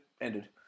ended